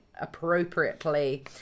appropriately